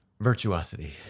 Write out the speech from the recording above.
Virtuosity